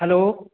hello